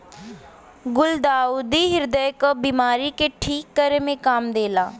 गुलदाउदी ह्रदय क बिमारी के ठीक करे में काम देला